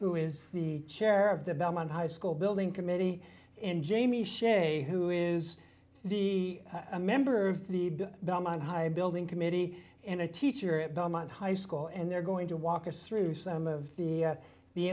who is the chair of the belmont high school building committee and jamie shea who is the a member of the belmont high building committee and a teacher at belmont high school and they're going to walk us through some of the